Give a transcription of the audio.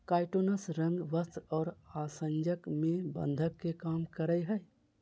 काइटोनस रंग, वस्त्र और आसंजक में बंधक के काम करय हइ